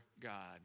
God